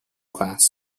class